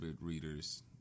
readers